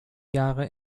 jahre